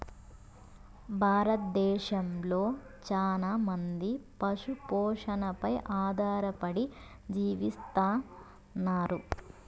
భారతదేశంలో చానా మంది పశు పోషణపై ఆధారపడి జీవిస్తన్నారు